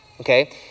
okay